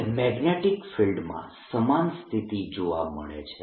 હવે મેગ્નેટીક ફિલ્ડમાં સમાન સ્થિતિ જોવા મળે છે